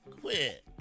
Quit